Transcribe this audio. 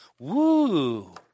Woo